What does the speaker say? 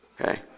Okay